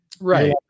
right